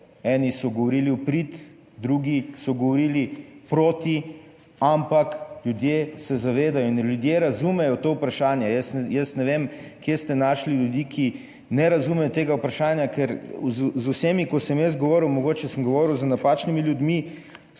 Eni so govorili v prid, drugi so govorili proti, ampak ljudje se zavedajo in ljudje razumejo to vprašanje, jaz ne vem kje ste našli ljudi, ki **68. TRAK: (VP) 15.25** (nadaljevanje) ne razumejo tega vprašanja, ker z vsemi, ko sem jaz govoril, mogoče sem govoril z napačnimi ljudmi,